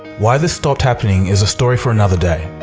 why this stopped happening is a story for another day.